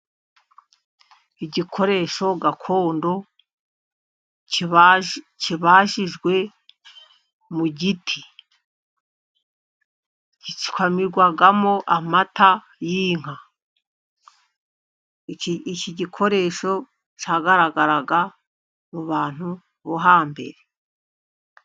Igikoresho gakondo kibajijwe mu giti ,gikamirwamo amata y'inka iki gikoresho cyagaragaraga mu bantu bo hambere.